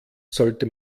sollte